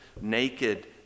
naked